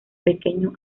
pequeño